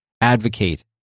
advocate